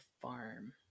Farm